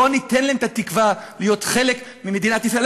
בואו ניתן להם את התקווה להיות חלק ממדינת ישראל.